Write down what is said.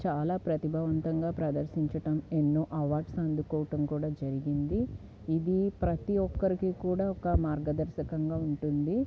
చాలా ప్రతిభావంతంగా ప్రదర్శించడం ఎన్నో అవాడ్స్నందుకోవడం కూడా జరిగింది ఇది ప్రతి ఒక్కరికి కూడా ఒక మార్గదర్శకంగా ఉంటుంది